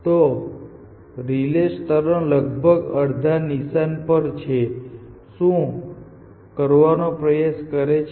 પરંતુ જો બીજા બધા નોડ ને અહીં પૃન કરવામાં આવે તો રિલે સ્તર લગભગ અડધા નિશાન પર છે તે શું કરવાનો પ્રયાસ કરે છે